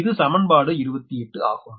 இது சமன்பாடு 28 ஆகும்